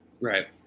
Right